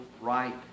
right